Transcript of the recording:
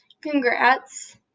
congrats